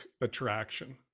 attraction